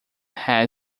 had